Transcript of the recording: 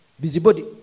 busybody